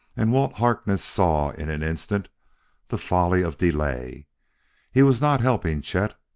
and walt harkness saw in an instant the folly of delay he was not helping chet,